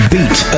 Beat